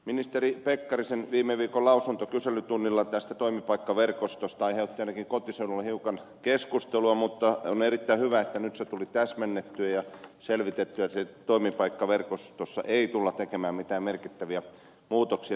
ministeri pekkarisen viime viikon lausunto kyselytunnilla tästä toimipaikkaverkostosta aiheutti ainakin kotiseudullani hiukan keskustelua mutta on erittäin hyvä että nyt se tuli täsmennettyä ja selvitettyä että toimipaikkaverkostossa ei tulla tekemään mitään merkittäviä muutoksia nykytilaan